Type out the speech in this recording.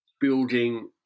building